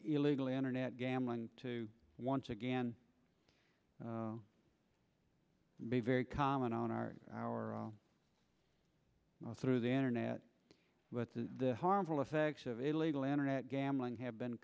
illegally internet gambling to once again be very common on our hour through the internet with the harmful effects of illegal internet gambling have been